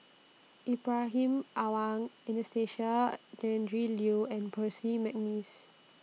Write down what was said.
Ibrahim Awang Anastasia Tjendri Liew and Percy Mcneice